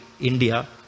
India